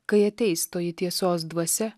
kai ateis toji tiesos dvasia